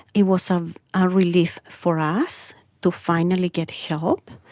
it was um a relief for us to finally get help.